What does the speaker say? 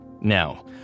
Now